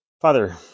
Father